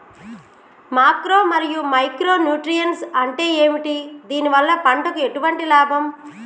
Macro మరియు micro nutrients అంటే ఏమిటి? దీనివల్ల పంటకు ఎటువంటి లాభం?